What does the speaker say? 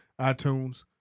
iTunes